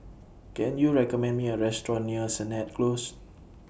Can YOU recommend Me A Restaurant near Sennett Close